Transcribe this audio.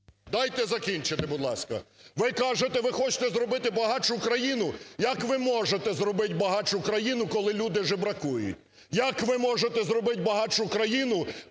Дайте закінчити, будь ласка. Ви кажете, ви хочете зробити багатшу країну. Як ви можете зробити багатшу країну, коли люди жебракують? Як ви можете зробити багатшу країну,